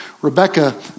Rebecca